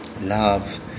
love